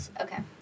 Okay